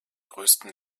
größten